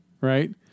right